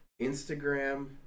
Instagram